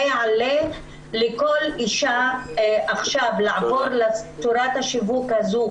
זה יעלה לכל אישה לעבור לצורת השיווק הזו,